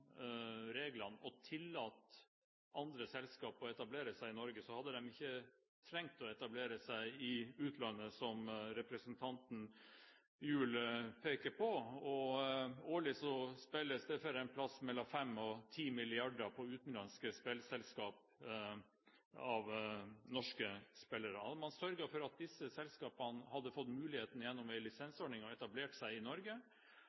reglene og tillatt andre selskaper å etablere seg i Norge, hadde de ikke trengt å etablere seg i utlandet, slik som representanten Gjul pekte på. Årlig spiller norske spillere for et sted mellom 5 mrd. kr og 10 mrd. kr i utenlandske spillselskaper. Hadde man sørget for at disse selskapene hadde fått muligheten gjennom en lisensordning til å etablere seg i Norge,